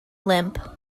limp